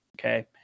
Okay